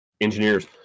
engineers